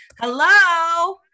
Hello